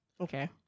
Okay